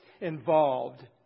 involved